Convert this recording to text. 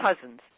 Cousins